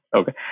Okay